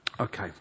Okay